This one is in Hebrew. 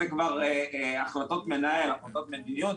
זה כבר החלטות מדיניות.